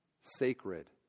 sacred